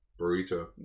Burrito